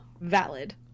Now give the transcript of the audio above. Valid